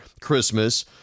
Christmas